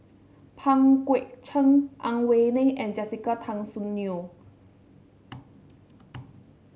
Pang Guek Cheng Ang Wei Neng and Jessica Tan Soon Neo